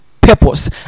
purpose